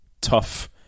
tough